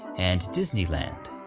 and disneyland.